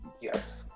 Yes